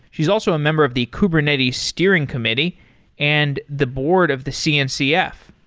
she's also a member of the kubernetes steering committee and the board of the cncf.